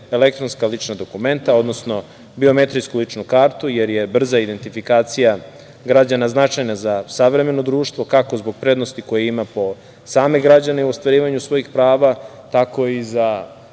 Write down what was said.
elektronska lična dokumenta, odnosno biometrijsku ličnu kartu, jer je brza identifikacija građana, značajna za savremeno društvo, kako zbog prednosti koju ima po same građane u ostvarivanju svojih prava, tako i za